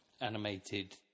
animated